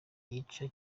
yica